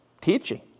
teaching